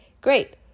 great